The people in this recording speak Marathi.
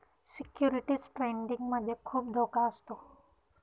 सिक्युरिटीज ट्रेडिंग मध्ये खुप धोका असतो